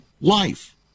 life